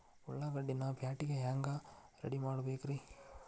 ಉಳ್ಳಾಗಡ್ಡಿನ ಪ್ಯಾಟಿಗೆ ಹ್ಯಾಂಗ ರೆಡಿಮಾಡಬೇಕ್ರೇ?